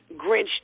Grinch